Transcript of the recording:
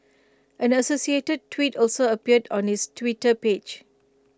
an associated tweet also appeared on his Twitter page